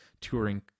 touring